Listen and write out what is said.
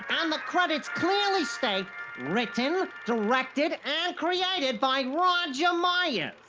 and the credits clearly state written, directed, and created by roger myers.